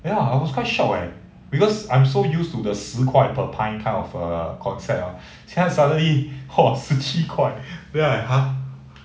ya I was quite shocked leh because I'm so used to the 十块 per pint kind of err concept ah 现在 suddenly !wah! 十七块 then I !huh!